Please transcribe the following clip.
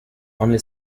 only